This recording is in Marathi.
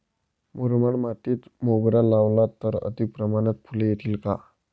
मुरमाड मातीत मोगरा लावला तर अधिक प्रमाणात फूले येतील का?